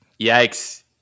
Yikes